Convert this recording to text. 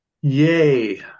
Yay